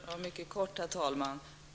Herr talman! Jag skall kortfattat kommentera detta.